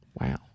Wow